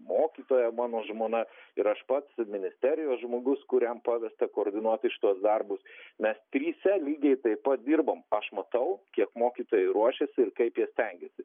mokytoja mano žmona ir aš pats ministerijos žmogus kuriam pavesta koordinuoti šituos darbus mes tryse lygiai taip pat dirbam aš matau kiek mokytojai ruošiasi ir kaip jie stengiasi